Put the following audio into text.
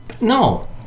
No